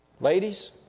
ladies